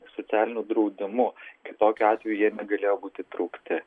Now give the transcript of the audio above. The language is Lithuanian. socialiniu draudimu kitokiu atveju jie negalėjo būt įtraukti